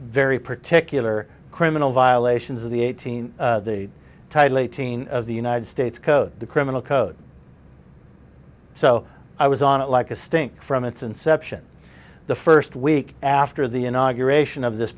very particular criminal violations of the eighteen title eighteen of the united states code the criminal code so i was on it like a stink from its inception the first week after the inauguration of this